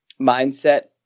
mindset